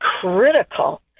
critical